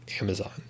Amazon